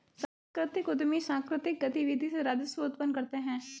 सांस्कृतिक उद्यमी सांकृतिक गतिविधि से राजस्व उत्पन्न करते हैं